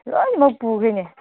ꯂꯣꯏꯅꯃꯛ ꯄꯨꯈ꯭ꯔꯦꯅꯦ